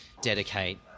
dedicate